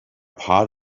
part